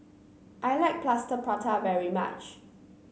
I like Plaster Prata very much